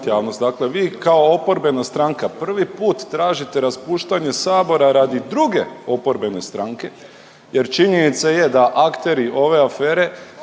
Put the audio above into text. Dakle, vi kao oporbena stranka prvi put tražite raspuštanje Sabora radi druge oporbene stranke jer činjenica je da akteri ove afere